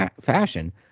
fashion